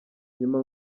nyuma